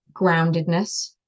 groundedness